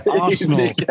Arsenal